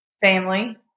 family